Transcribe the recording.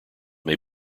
may